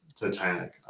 Titanic